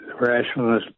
rationalist